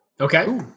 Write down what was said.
Okay